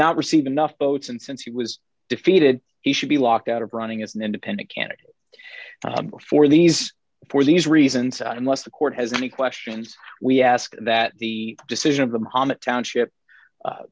not receive enough votes and since he was defeated he should be locked out of running as an independent candidate for these for these reasons and unless the court has any questions we ask that the decision from hama township